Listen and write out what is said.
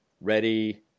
Ready